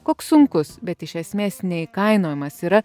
koks sunkus bet iš esmės neįkainojamas yra